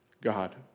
God